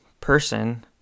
person